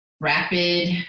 rapid